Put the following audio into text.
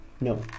No